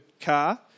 car